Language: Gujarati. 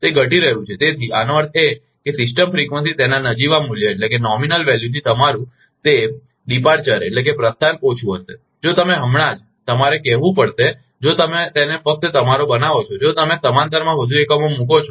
તે ઘટી રહ્યું છે તેથી આનો અર્થ એ કે સિસ્ટમ ફ્રિકવંસી તેના નજીવા મૂલ્યથી તમારું તે પ્રસ્થાન ઓછું હશે જો તમે હમણાં જ તમારે કેહવુ પડશે જો તમે તેને ફક્ત તમારો બનાવો છો જો તમે સમાંતરમાં વધુ એકમો મૂકો છો